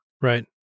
right